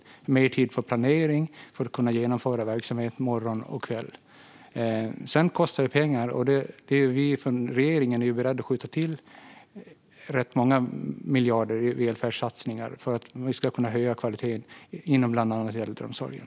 Det blir mer tid för planering och för att kunna genomföra arbetet i verksamheten både morgon och kväll. Det kostar förstås pengar. Regeringen är beredd att skjuta till rätt många miljarder i välfärdssatsningar för att kvaliteten ska kunna höjas inom bland annat äldreomsorgen.